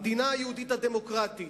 המדינה היהודית הדמוקרטית.